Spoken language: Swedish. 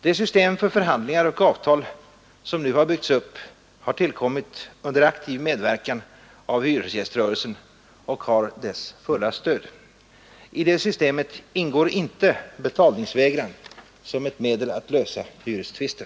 Det system för förhandlingar och avtal som nu har byggts upp har tillkommit under aktiv medverkan av hyresgäströrelsen och har dess fulla stöd. I det systemet ingår inte betalningsvägran som ett medel att lösa hyrestvister.